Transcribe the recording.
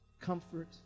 comfort